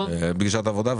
פגישת עבודה --- טוב.